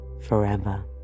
forever